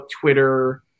Twitter